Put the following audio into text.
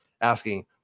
asking